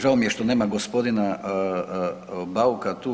Žao mi je što nema gospodina Bauka tu.